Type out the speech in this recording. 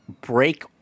Break